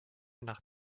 nach